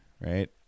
right